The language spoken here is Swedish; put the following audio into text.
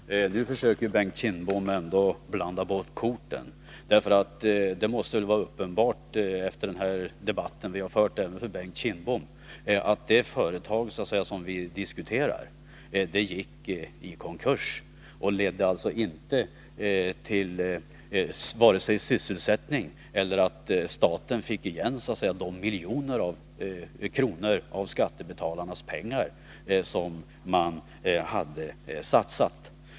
Fru talman! Nu försöker Bengt Kindbom blanda bort korten. Det måste väl efter den här debatten vara uppenbart, även för Bengt Kindbom, att det företag som vi diskuterar gick i konkurs. Verksamheten ledde alltså inte vare sig till sysselsättning eller till att staten fick igen de miljoner av skattebetalarnas pengar som man hade satsat.